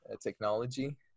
technology